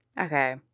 okay